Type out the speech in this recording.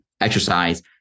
exercise